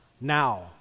now